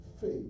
faith